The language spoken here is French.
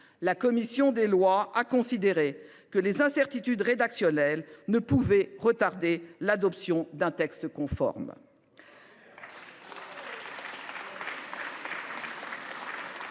la commission des lois a considéré que les incertitudes rédactionnelles ne pouvaient retarder l’adoption d’un texte conforme.